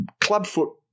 Clubfoot